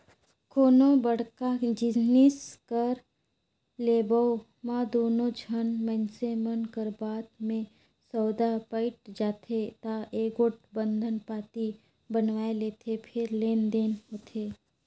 कोनो बड़का जिनिस कर लेवब म दूनो झन मइनसे मन कर बात में सउदा पइट जाथे ता एगोट बंधन पाती बनवाए लेथें फेर लेन देन होथे